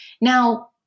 Now